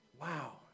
Wow